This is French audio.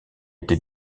été